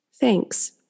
Thanks